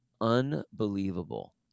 unbelievable